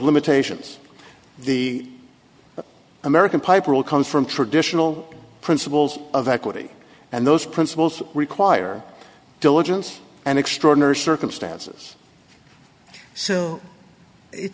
limitations the american piper all comes from traditional principles of equity and those principles require diligence and extraordinary circumstances so it